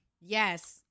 Yes